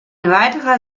weiterer